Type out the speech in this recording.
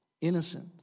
innocent